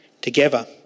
together